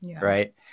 Right